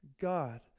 God